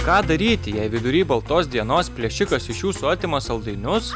ką daryti jei vidury baltos dienos plėšikas iš jūsų atima saldainius